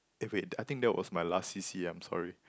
eh wait I think that was my last c_c_a I'm sorry